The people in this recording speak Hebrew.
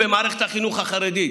במערכת החינוך החרדי.